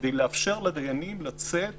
כדי לאפשר לדיינים לצאת